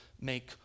make